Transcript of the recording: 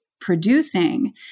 producing